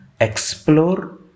explore